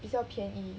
比较便宜